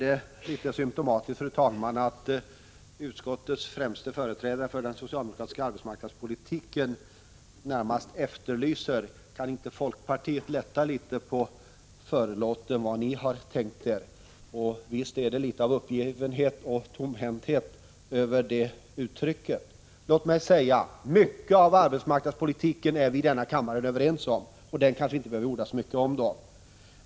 Det är litet symtomatiskt, fru talman, att utskottets främste företrädare för den socialdemokratiska arbetsmarknadspolitiken närmast efterlyser vad vi har tänkt oss och säger: Kan inte folkpartiet lätta litet på förlåten! Visst är det litet av uppgivenhet och tomhänthet över det! Mycket av arbetsmarknadspolitiken är vi här i kammaren överens om, och det kanske vi då inte behöver orda så mycket om.